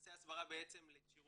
כנסי הסברה לכשירות